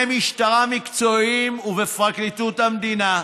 משטרה מקצועיים ובפרקליטות המדינה,